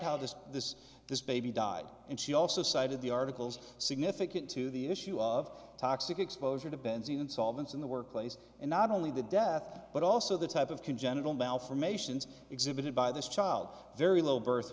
how this this this baby died and she also cited the articles significant to the issue of toxic exposure to benzene and solvent in the workplace and not only the death but also the type of congenital malformation exhibited by this child very low birth